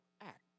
act